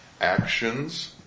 Actions